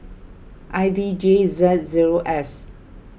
I D J Z zero S